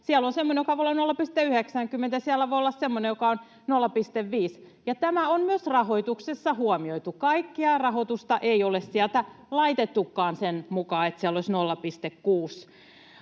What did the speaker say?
Siellä on semmoinen, joka voi olla 0,90, siellä voi olla semmoinen, joka on 0,5, ja tämä on myös rahoituksessa huomioitu. Kaikkea rahoitusta ei ole sieltä laitettukaan sen mukaan, että siellä olisi 0,6.